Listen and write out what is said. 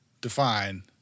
define